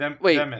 Wait